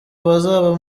bazaba